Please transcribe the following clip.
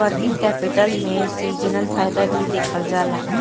working capital में seasonal फायदा भी देखल जाला